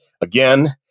again